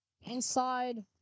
Inside